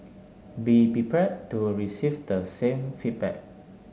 be prepared to receive the same feedback